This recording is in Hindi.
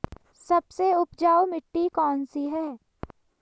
सबसे उपजाऊ मिट्टी कौन सी है?